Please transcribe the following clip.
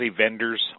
vendors